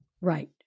Right